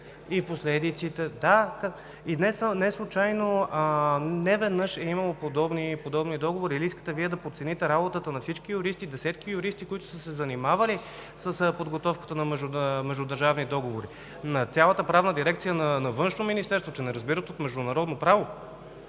и последиците… И неслучайно неведнъж е имало подобни договори. Или искате да подцените работата на всички юристи, десетки юристи, които са се занимавали с подготовката на междудържавни договори, на цялата Правна дирекция на Външното министерство, че не разбират от международно право?